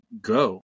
go